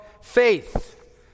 faith